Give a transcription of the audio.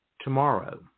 tomorrow